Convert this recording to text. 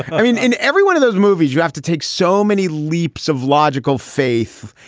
i mean in every one of those movies you have to take so many leaps of logical faith